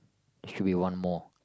should be one more